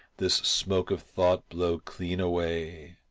this smoke of thought blow clean away,